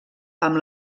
amb